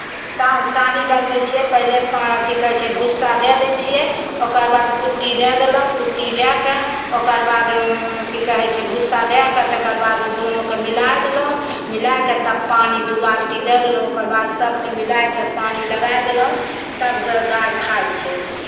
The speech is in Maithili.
सान सानी बनबै छियै पहिले पा की कहै छै भुस्सा दए दै छियै ओकर बाद कुट्टी दए देलहुँ कुट्टी दए कऽ ओकर बाद की कहै छै भुस्सा दए कऽ तकर बाद दोनोकेँ मिलाए देलहुँ मिला कऽ तब पानि दू बाल्टी दऽ देलहुँ ओकर बाद सभके मिलाए कऽ सानी लगाए देलहुँ तब ग गाय खाइ छै